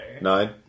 Nine